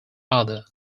other